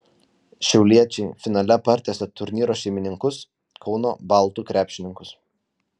šiauliečiai finale partiesė turnyro šeimininkus kauno baltų krepšininkus